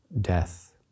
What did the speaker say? death